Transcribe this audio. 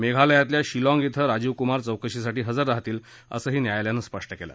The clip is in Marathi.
मेघालयातल्या शिलाँग इथं राजीव कुमार चौकशीसाठी हजर राहतील असंही न्यायालयानं स्पष्ट केलं